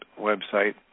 website